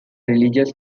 religious